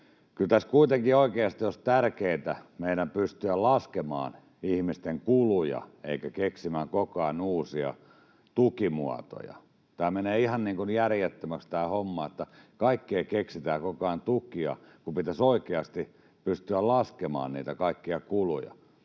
kyllä tässä kuitenkin oikeasti olisi tärkeätä meidän pystyä laskemaan ihmisten kuluja eikä keksimään koko ajan uusia tukimuotoja. Tämä homma menee ihan järjettömäksi, että kaikkeen keksitään koko ajan tukia, kun pitäisi oikeasti pystyä laskemaan kaikkia kuluja.